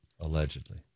Allegedly